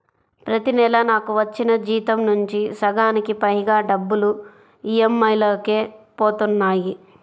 ప్రతి నెలా నాకు వచ్చిన జీతం నుంచి సగానికి పైగా డబ్బులు ఈ.ఎం.ఐ లకే పోతన్నాయి